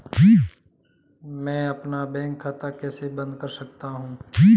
मैं अपना बैंक खाता कैसे बंद कर सकता हूँ?